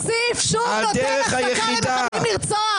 תפסיק לתת הצדקה לרצוח.